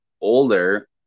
older